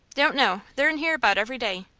don't know. they're in here about every day.